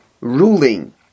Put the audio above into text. ruling